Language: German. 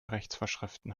rechtsvorschriften